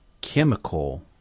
chemical